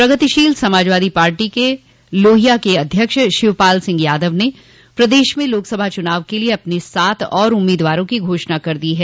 प्रतिशील समाजवादी पार्टी लोहिया के अध्यक्ष शिवपाल सिंह यादव ने प्रदेश में लोकसभा चुनाव के लिये अपने सात और उम्मीदवारों की घोषणा कर दी है